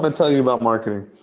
but tell you about marketing,